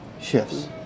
shifts